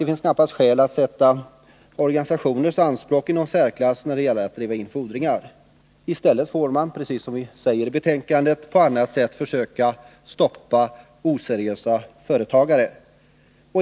Det finns knappast skäl att sätta de fackliga organisationernas anspråk i särklass när det gäller att driva in fordringar. I stället får man, som utskottet säger i betänkandet, på annat sätt försöka stoppa oseriösa företagare.